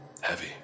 Heavy